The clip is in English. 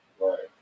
Right